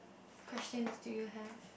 questions do you have